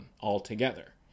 altogether